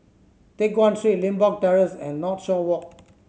Teck Guan Street Limbok Terrace and Northshore Walk